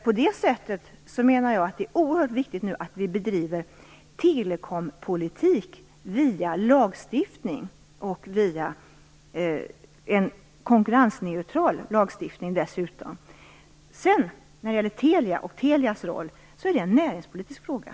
På det sättet menar jag att det är oerhört viktigt att vi nu bedriver telekompolitik via lagstiftning, och via en konkurrensneutral lagstiftning dessutom. Detta med Telia och Telias roll är en näringspolitisk fråga.